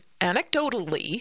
anecdotally